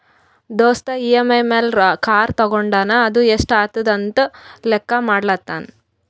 ದೋಸ್ತ್ ಇ.ಎಮ್.ಐ ಮ್ಯಾಲ್ ಕಾರ್ ತೊಂಡಾನ ಅದು ಎಸ್ಟ್ ಆತುದ ಅಂತ್ ಲೆಕ್ಕಾ ಮಾಡ್ಲತಾನ್